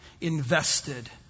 invested